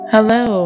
Hello